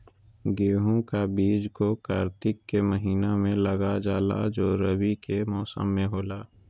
गेहूं का बीज को कार्तिक के महीना में लगा जाला जो रवि के मौसम में होला